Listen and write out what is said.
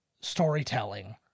storytelling